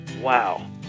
Wow